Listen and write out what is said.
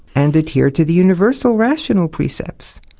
and adhere to the universal, rational precepts?